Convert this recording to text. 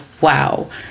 Wow